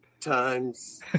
times